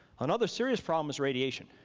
another serious problem is radiation.